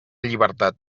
llibertat